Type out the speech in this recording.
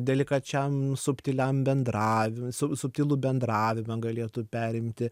delikačiam subtiliam bendravimui su subtilų bendravimą galėtų perimti